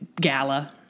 gala